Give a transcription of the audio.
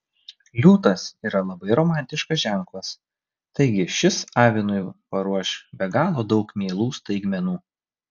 liūtas yra labai romantiškas ženklas taigi šis avinui paruoš be galo daug mielų staigmenų